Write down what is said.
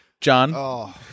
John